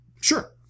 Sure